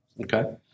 Okay